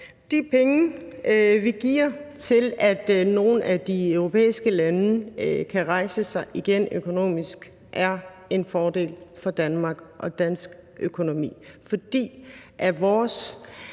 De penge, vi giver, for at nogle af de europæiske lande kan rejse sig igen økonomisk, er en fordel for Danmark og dansk økonomi,